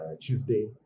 Tuesday